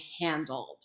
handled